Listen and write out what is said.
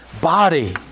body